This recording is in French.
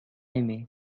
aimé